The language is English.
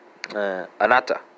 anata